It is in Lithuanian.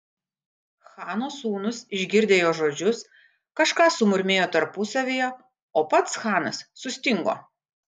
chano sūnūs išgirdę jo žodžius kažką sumurmėjo tarpusavyje o pats chanas sustingo